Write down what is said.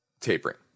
tapering